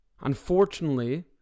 Unfortunately